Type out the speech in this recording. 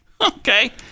Okay